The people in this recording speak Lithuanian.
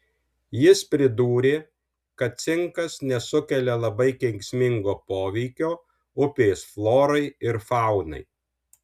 jis pridūrė kad cinkas nesukelia labai kenksmingo poveikio upės florai ir faunai